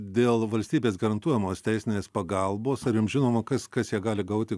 dėl valstybės garantuojamos teisinės pagalbos ar jums žinoma kas kas ją gali gauti